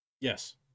Yes